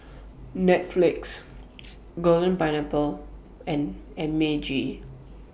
Netflix Golden Pineapple and M A G